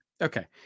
Okay